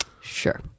Sure